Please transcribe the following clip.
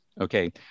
okay